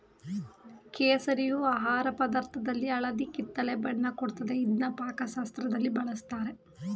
ಕೇಸರಿಯು ಆಹಾರ ಪದಾರ್ಥದಲ್ಲಿ ಹಳದಿ ಕಿತ್ತಳೆ ಬಣ್ಣ ಕೊಡ್ತದೆ ಇದ್ನ ಪಾಕಶಾಸ್ತ್ರದಲ್ಲಿ ಬಳುಸ್ತಾರೆ